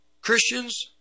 Christians